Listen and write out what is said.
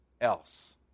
else